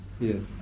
Yes